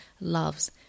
loves